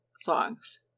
songs